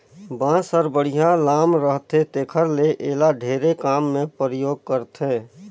बांस हर बड़िहा लाम रहथे तेखर ले एला ढेरे काम मे परयोग करथे